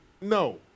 no